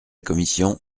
commission